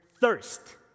thirst